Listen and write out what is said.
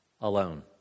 alone